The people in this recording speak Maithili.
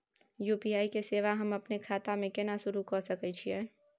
यु.पी.आई के सेवा हम अपने खाता म केना सुरू के सके छियै?